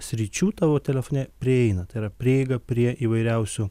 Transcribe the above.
sričių tavo telefone prieina tai yra prieiga prie įvairiausių